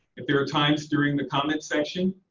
if there are times during the comments section,